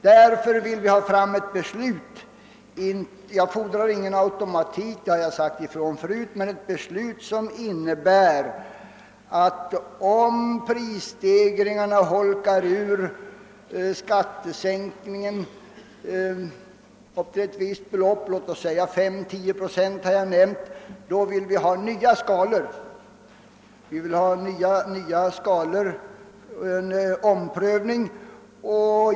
: Därför vill vi ha ett beslut — jag har tidigare sagt ifrån att jag inte fordrar någon automatik — om att om Pprisstegringarna urholkar skattesänkningen upp till ett visst belopp, låt oss säga 5 å 10 procent, så skall skatteskalorna omprövas. Då skall det bli nya skatteskalor.